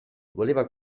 voleva